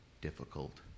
difficult